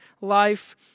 life